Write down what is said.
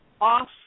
off